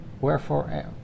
Wherefore